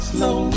Slow